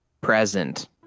present